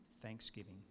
thanksgiving